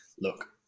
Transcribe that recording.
look